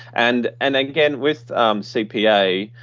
and and again, with cpa,